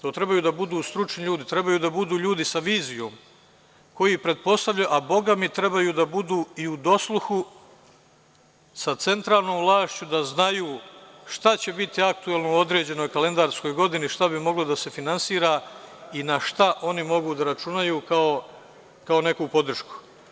To treba da budu stručni ljudi, treba da budu ljudi sa vizijom, a bogami treba da budu i u dosluhu sa centralnom vlašću da znaju šta će biti aktuelno u određenoj kalendarskoj godini, šta bi moglo da se finansira i na šta oni mogu da računaju kao neku podršku.